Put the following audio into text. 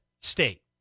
state